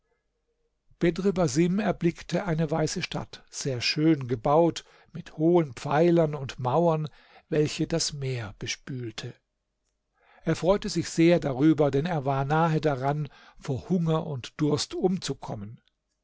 basim erblickte eine weiße stadt sehr schön gebaut mit hohen pfeilern und mauern welche das meer bespülte er freute sich sehr darüber denn er war nahe daran vor hunger und durst umzukommen